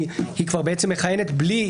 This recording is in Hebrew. כי היא כבר מכהנת בלי,